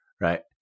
right